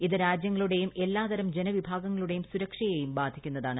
ഇത് രാജ്യങ്ങളുടെയും എല്ലാതരം ജനവിഭാഗങ്ങളുടെയും സുരക്ഷയേയും ബാധിക്കുന്നതാണ്